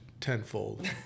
tenfold